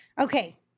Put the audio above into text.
okay